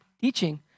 teaching